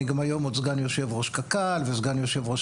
גם היום עוד סגן יושב ראש קרן קיימת לישראל וסגן יושב ראש